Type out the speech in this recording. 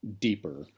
deeper